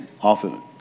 often